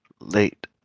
late